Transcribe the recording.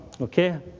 Okay